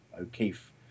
O'Keefe